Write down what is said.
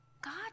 God